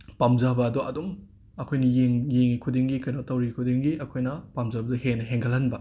ꯄꯥꯝꯖꯕ ꯑꯗꯣ ꯑꯗꯨꯝ ꯑꯩꯈꯣꯏꯅ ꯌꯦꯡ ꯌꯦꯡꯉꯤ ꯈꯨꯗꯤꯡꯒꯤ ꯀꯩꯅꯣ ꯇꯧꯔꯤ ꯈꯨꯗꯤꯡꯒꯤ ꯑꯩꯈꯣꯏꯅ ꯄꯥꯝꯖꯕꯗꯣ ꯍꯦꯟꯅ ꯍꯦꯟꯒꯠꯍꯟꯕ